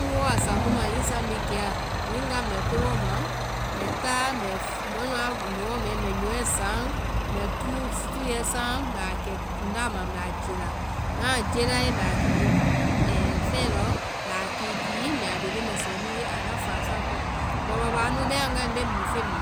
ŋ woo wa sáŋ mu ma. hiŋi saŋ bhii a kée, hiŋi ŋ wooa mbɛ ko bɔɔ ma. mbɛ táa mbɛ mɔɛ nuã nyɔɔ mɛɛ mbɛ nyɔɛ saŋ, mbɛ túɛ saŋ, mbɛ a kɛ kundaa ma, mbɛ a jela, ŋna a jelae, mbɛ a kii fɛɛ lɔ, mbɛ a kikii mbɛ a bee leŋ mɛsɛɛ nu ye, anua faasa koa. Mɔ babaa nu, bɛmaa̍ ŋgae mbe mi feŋ mi,